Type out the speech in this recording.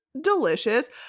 delicious